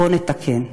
בוא נתקן.